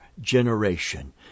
generation